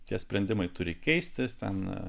tie sprendimai turi keistis ten